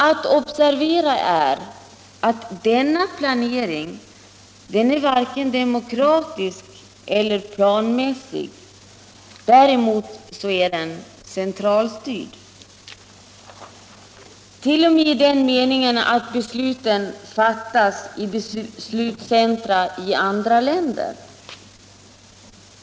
Att observera är att denna planering varken är demokratisk eller planmässig; däremot är den centralstyrd, t.o.m. i den meningen att besluten fattas i beslutscentra i andra länder.